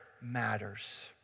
matters